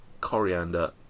coriander